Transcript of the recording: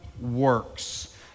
works